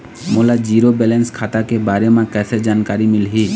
मोला zero balance खाता के बारे म कैसे जानकारी मिलही?